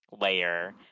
layer